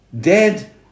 Dead